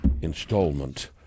installment